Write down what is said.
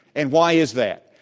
and why is that.